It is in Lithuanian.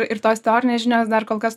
ir tos teorinės žinios dar kol kas